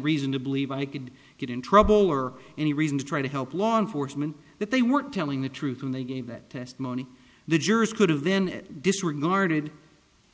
reason to believe i could get in trouble or any reason to try to help law enforcement that they weren't telling the truth when they gave that testimony the jurors could have then disregarded